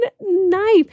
knife